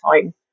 time